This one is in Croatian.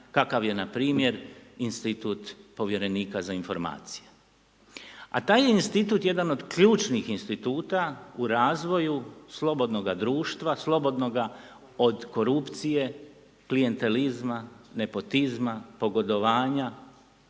kakav je na primjer institut Povjerenika za informacije. A taj institut je jedan od ključnih instituta u razvoju slobodnoga društva, slobodnoga od korupcije, klijentelizma, nepotizma, pogodovanja,